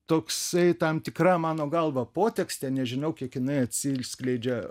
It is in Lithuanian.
toksai tam tikra mano galva potekstė nežinau kiek jinai atsiskleidžia